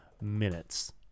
minutes